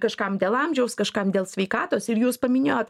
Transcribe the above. kažkam dėl amžiaus kažkam dėl sveikatos ir jūs paminėjot